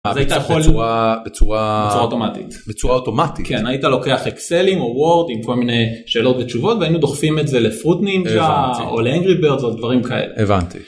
בצורה..בצורה..בצורה אוטומטית, בצורה אוטומטית כן היית לוקח אקסלים או וורד עם כל מיני שאלות ותשובות והיינו דוחפים את זה לפרוט נינג'ה או לאנגרי ברד או דברים כאלה, הבנתי